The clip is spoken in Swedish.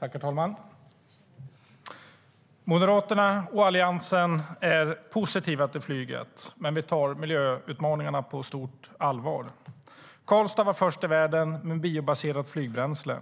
Herr talman! Moderaterna och Alliansen är positiva till flyget, men vi tar miljöutmaningarna på stort allvar. Karlstad var först i världen med biobaserat flygbränsle.